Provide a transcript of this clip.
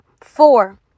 Four